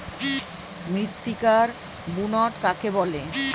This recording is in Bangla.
মৃত্তিকার বুনট কাকে বলে?